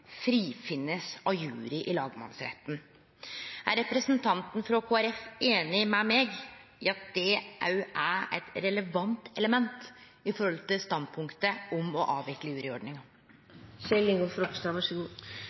frifunne av juryen i lagmannsretten. Er representanten frå Kristeleg Folkeparti einig med meg i at det òg er eit relevant element med omsyn til standpunktet om å avvikle